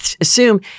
assume